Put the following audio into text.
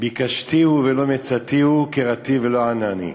"בקשתיהו ולא מצאתיהו קראתיו ולא ענני",